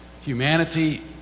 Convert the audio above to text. humanity